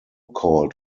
called